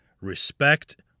respect